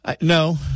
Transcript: No